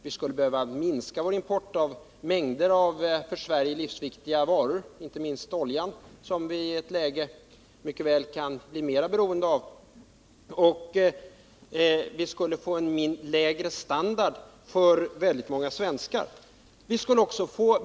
Vi skulle behöva minska importen av mängder av för Sverige livsviktiga varor, inte minst olja, som vii ett framtida läge mycket väl kan bli mera beroende av, och väldigt många svenskar skulle få en lägre standard.